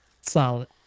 Solid